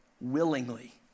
willingly